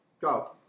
Go